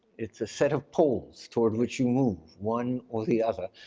it's a set of poles toward which you move, one or the other.